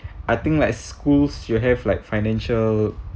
I think like schools you have like financial